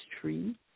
tree